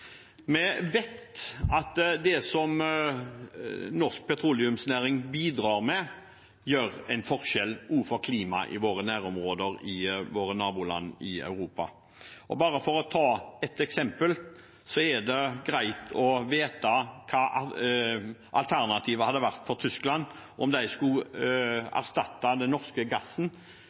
Vi vet at det som norsk petroleumsnæring bidrar med, gjør en forskjell for klimaet i våre nærområder, i våre naboland, i Europa. Bare for å ta et eksempel – det er greit å vite hva alternativet hadde vært for Tyskland om de skulle ha erstattet den norske gassen